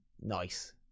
Nice